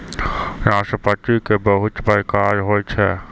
नाशपाती के बहुत प्रकार होय छै